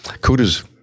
kudos